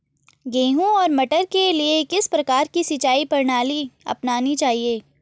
गेहूँ और मटर के लिए किस प्रकार की सिंचाई प्रणाली अपनानी चाहिये?